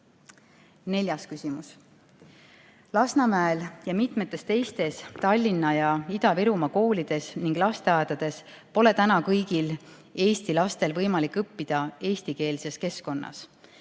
Neljas küsimus: "Lasnamäel ja mitmetes teistes Tallinna ja Ida-Virumaa koolides ning lasteaedades pole täna kõigil eesti lastel võimalik õppida eestikeelses keskkonnas.